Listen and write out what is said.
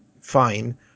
fine